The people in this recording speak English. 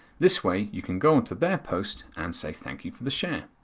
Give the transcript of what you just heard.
this way, you can go onto their post and say thank you for the share.